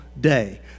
day